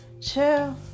Chill